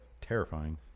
terrifying